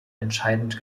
entscheidend